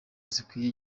zikwiye